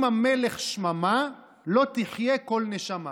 אם המלך שממה, לא תחיה כל נשמה.